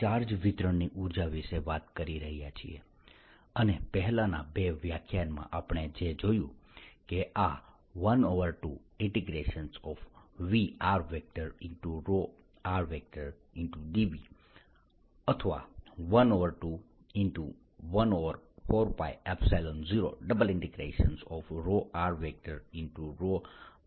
charge વિતરણની ઉર્જા III વિદ્યુતક્ષેત્રની દ્રષ્ટિએ ઉર્જા ઘનતા આપણે ચાર્જ વિતરણ ની ઉર્જા વિશે વાત કરી રહ્યા છીએ